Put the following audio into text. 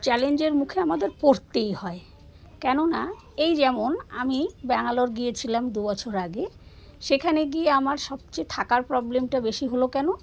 চ্যালেঞ্জের মুখে আমাদের পড়তেই হয় কেননা এই যেমন আমি ব্যাঙ্গালোর গিয়েছিলাম দুবছর আগে সেখানে গিয়ে আমার সবচেয়ে থাকার প্রবলেমটা বেশি হলো কেন